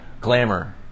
Glamour